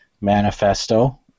manifesto